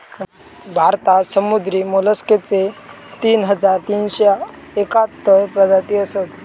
भारतात समुद्री मोलस्कचे तीन हजार तीनशे एकाहत्तर प्रजाती असत